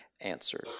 answered